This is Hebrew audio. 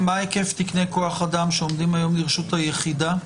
מה היקף תקני כוח-האדם שעומדים היום לרשות היחידה?